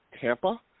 Tampa